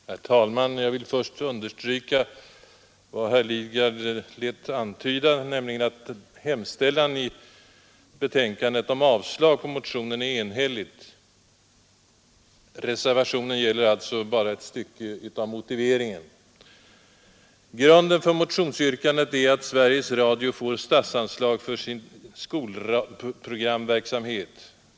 Herr talman! Jag vill först understryka vad herr Lidgard lät antyda, nämligen att hemställan i betänkandet om avslag på motionen är enhällig. Reservationen gäller alltså bara utformningen av ett stycke i motiveringen. Grunden för motionsyrkandet är att Sveriges Radio får statsanslag för sin skolprogramverksamhet.